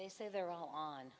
they say they're all on